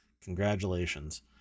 congratulations